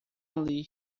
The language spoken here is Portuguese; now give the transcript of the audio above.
ali